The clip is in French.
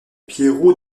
pierrot